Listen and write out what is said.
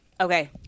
Okay